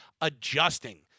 adjusting